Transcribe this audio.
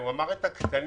הוא אמר את הקטנים,